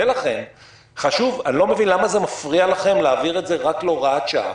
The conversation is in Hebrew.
אני לא מבין למה מפריע לכם להעביר את זה רק להוראת שעה,